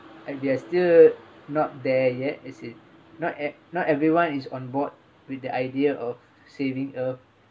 and they are still not there yet is it not e~ not everyone is on board with the idea of saving earth